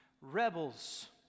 rebels